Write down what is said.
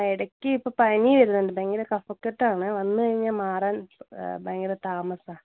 ഇടയ്ക്കിപ്പോൾ പനി വരുന്നുണ്ട് ഭയങ്കര കഫക്കെട്ടാണ് വന്നുകഴിഞ്ഞാൽ മാറാൻ ഭയങ്കര താമസാ